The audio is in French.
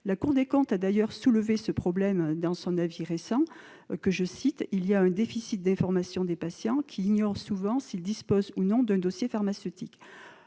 La Cour des comptes a d'ailleurs soulevé ce problème dans son avis récent :« Il y a un déficit d'information des patients, qui ignorent souvent s'ils disposent ou non d'un dossier pharmaceutique.